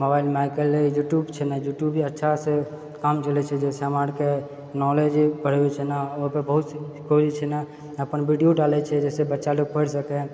मोबाइलमे आइ काल्हि रहै छै यूट्यूब छै यूट्यूब अच्छा से काम चलै छै जाहिसँ हमरा आरके नॉलेज बढै छै ओहि पे बहुत जे छै ने अपन वीडियो डालै छै जाहिसँ बच्चा लोग पढ़ि सकए